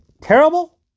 terrible